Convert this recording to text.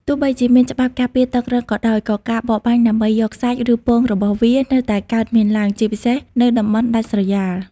ទោះបីជាមានច្បាប់ការពារតឹងរ៉ឹងក៏ដោយ ក៏ការបរបាញ់ដើម្បីយកសាច់ ឬពងរបស់វា នៅតែកើតមានឡើង ជាពិសេសនៅតំបន់ដាច់ស្រយាល។